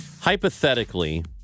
Hypothetically